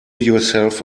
yourself